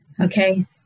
okay